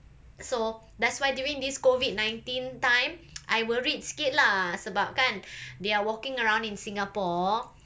so that's why during this COVID nineteen time I worried sikit lah sebab kan they are walking around in singapore